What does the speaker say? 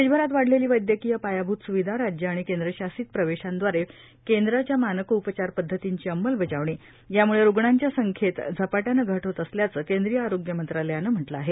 देशभरात वाढलेली वैदयकीय पायाभूत सुविधा राज्य आणि केंद्रशासित प्रदेशांदवारे केंद्राच्या मानक उपचार पद्धतींची अंमलबजावणी याम्ळे रुग्णांच्या संख्येत झपाट्यानं घट होत असल्याचं केंद्रीय आरोग्य मंत्रालयानं म्हटलं आहे